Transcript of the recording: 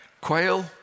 Quail